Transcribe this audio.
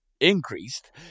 increased